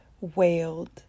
wailed